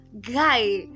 Guy